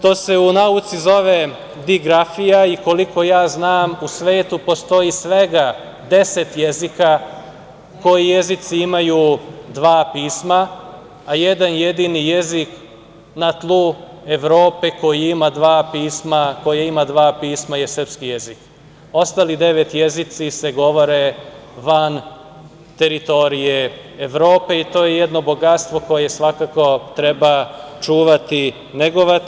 To se u nauci zove digrafija i koliko ja znam, u svetu postoji svega 10 jezika koji jezici imaju dva pisma, a jedan jedini jezik na tlu Evrope koji ima dva pisma je srpski jezik, ostala devet jezika se govore van teritorije Evrope i to je jedno bogatstvo koje svakako treba čuvati i negovati.